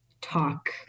talk